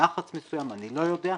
לחץ מסוים, אני לא יודע,